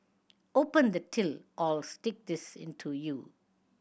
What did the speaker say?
open the till or I'll stick this into you